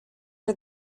are